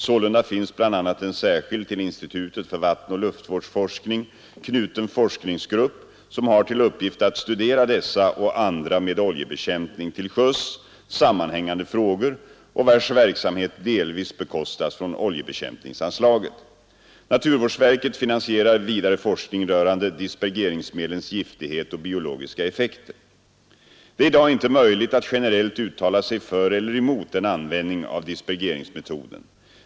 Sålunda finns bl.a. en särskild, till Institutet för vattenoch luftvårdsforskning knuten forskningsgrupp som har till uppgift att studera dessa och andra med oljebekämpning till sjöss sammanhängande frågor och vars verksamhet delvis bekostas från oljebekämpningsanslaget. Naturvårdsverket finansierar vidare forskning rörande dispergeringsmedlens giftighet och biologiska effekter. Det är i dag inte möjligt att generellt uttala sig för eller emot en användning av dispergeringsmetoden.